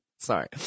Sorry